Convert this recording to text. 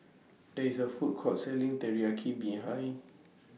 There IS A Food Court Selling Teriyaki behind